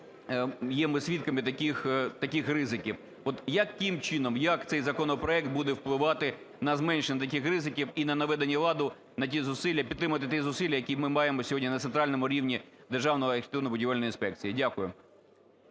є ми свідками таких ризиків. От, яким чином, як цей законопроект буде впливати на зменшення таких ризиків і на наведення ладу, на ті зусилля, підтримати ті зусилля, які ми маємо сьогодні на центральному рівні Державної архітектурно-будівельної інспекції? Дякую.